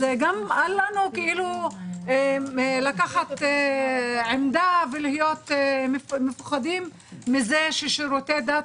אל לנו לקחת עמדה ולהיות מפוחדים מזה ששירותי דת